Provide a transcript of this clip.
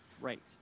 Right